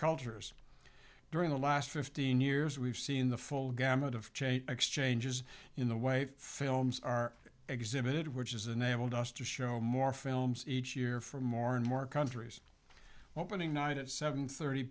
cultures during the last fifteen years we've seen the full gamut of change exchanges in the way films are exhibited which is enabled us to show more films each year for more and more countries opening night at seven thirty